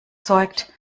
zeugt